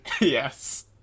Yes